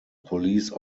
police